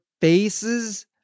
faces